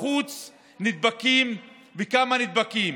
בחוץ נדבקים וכמה נדבקים,